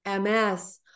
MS